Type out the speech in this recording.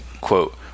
quote